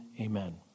Amen